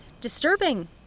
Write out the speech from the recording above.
Disturbing